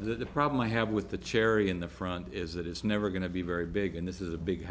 the problem i have with the cherry in the front is that it's never going to be very big and this is a big